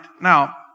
Now